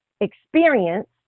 experience